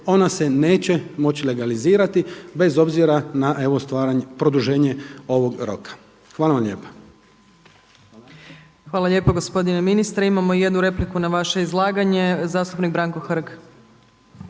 ona se neće moći legalizirati bez obzira na evo produženje ovog roka. Hvala vam lijepa. **Opačić, Milanka (SDP)** Hvala lijepo gospodine ministre. Imamo jednu repliku na vaše izlaganje. Zastupnik Branko Hrg.